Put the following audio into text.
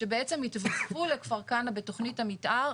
שבעצם התווספו לכפר כנא בתכנית המתאר,